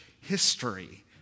history